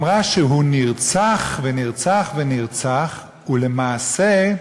היא אמרה שהוא נרצח, ונרצח ונרצח, ולמעשה,